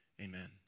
amen